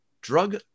drug